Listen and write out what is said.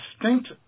distinct